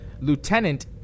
lieutenant